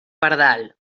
pardal